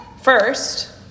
First